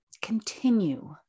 Continue